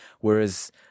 Whereas